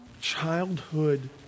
childhood